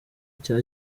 cya